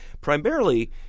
Primarily